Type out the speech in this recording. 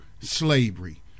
slavery